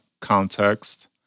context